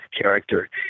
character